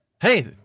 Hey